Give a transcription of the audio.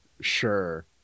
sure